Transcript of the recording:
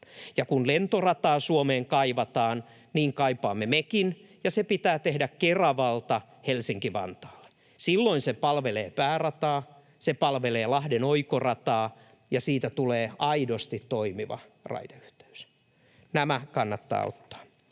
Ja kun lentorataa Suomeen kaivataan, niin niin kaipaamme mekin, ja se pitää tehdä Keravalta Helsinki-Vantaalle. Silloin se palvelee päärataa, se palvelee Lahden oikorataa ja siitä tulee aidosti toimiva raideyhteys. Nämä kannattaa ottaa.